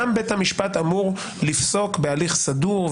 בית המשפט אמור לפסוק בהליך סדור,